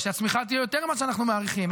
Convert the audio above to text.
שהצמיחה תהיה יותר ממה שאנחנו מעריכים,